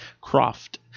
Croft